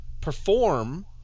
perform